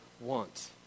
want